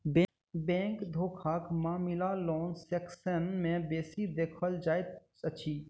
bank धोखाक मामिला loan section मे बेसी देखल जाइत अछि